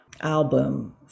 album